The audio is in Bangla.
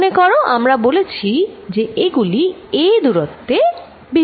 মনে করো আমরা বলেছি যে এগুলি a দূরত্ব দ্বারা বিচ্যুত